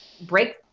break